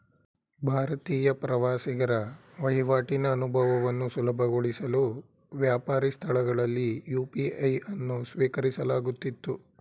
ಭಾರತೀಯ ಪ್ರವಾಸಿಗರ ವಹಿವಾಟಿನ ಅನುಭವವನ್ನು ಸುಲಭಗೊಳಿಸಲು ವ್ಯಾಪಾರಿ ಸ್ಥಳಗಳಲ್ಲಿ ಯು.ಪಿ.ಐ ಅನ್ನು ಸ್ವೀಕರಿಸಲಾಗುತ್ತಿತ್ತು